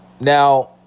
Now